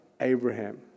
Abraham